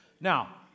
Now